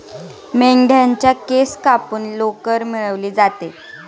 मेंढ्यांच्या केस कापून लोकर मिळवली जाते